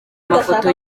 amafoto